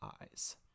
eyes